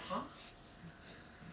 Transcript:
is it worth the investment